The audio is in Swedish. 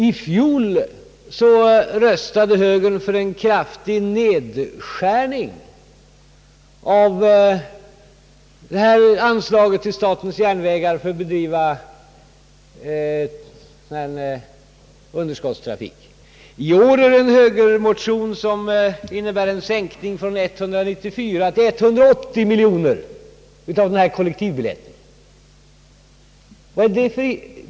I fjol röstade högern för en kraftig nedskärning av anslaget till statens järnvägar för bedrivande av underskottstrafik. I år förekommer en högermotion, som innebär en sänkning från 194 miljoner kronor till 180 miljoner kronor i fråga om kollektivbiljet ten.